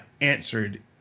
answered